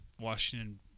Washington